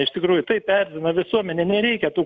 iš tikrųjų taip erzina visuomenę nereikia tų